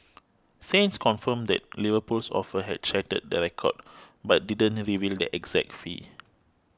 saints confirmed that Liverpool's offer had shattered the record but didn't reveal the exact fee